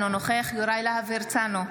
אינו נוכח יוראי להב הרצנו,